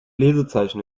lesezeichen